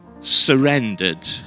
surrendered